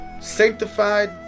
sanctified